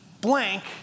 blank